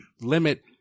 limit